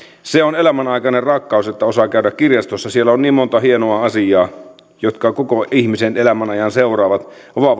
se on elämänaikainen rakkaus että osaa käydä kirjastossa siellä on niin monta hienoa asiaa jotka koko ihmisen elämän ajan seuraavat